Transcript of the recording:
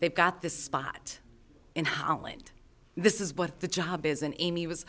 they've got this spot in holland this is what the job is and amy was